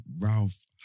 Ralph